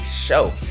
show